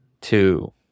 two